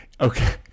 Okay